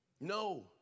No